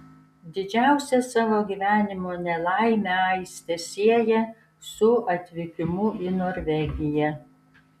didžiausią savo gyvenimo nelaimę aistė sieja su atvykimu į norvegiją